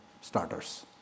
starters